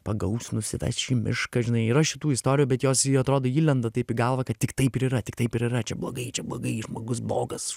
pagaus nusiveš į mišką žinai yra šitų istorijų bet jos atrodo įlenda taip į galvą kad tik taip ir yra tik taip ir yra čia blogai čia blogai žmogus blogas